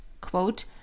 quote